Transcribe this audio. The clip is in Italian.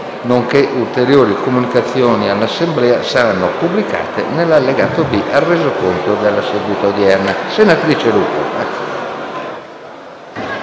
nonché ulteriori comunicazioni all'Assemblea saranno pubblicati nell'allegato B al Resoconto della seduta odierna. **Sull'ordine dei